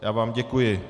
Já vám děkuji.